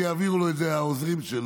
אבל יעבירו לו את זה העוזרים שלו: